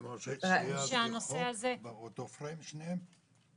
כלומר, שיהיה בחוק שבאותו פריים שניהם?